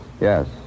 Yes